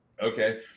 okay